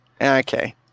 Okay